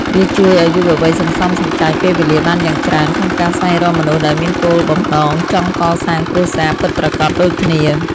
វាជួយឱ្យយុវវ័យសន្សំសំចៃពេលវេលាបានយ៉ាងច្រើន ក្នុងការស្វែងរកមនុស្សដែលមានគោលបំណងចង់កសាងគ្រួសារពិតប្រាកដដូចគ្នា។